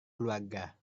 keluarga